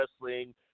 wrestling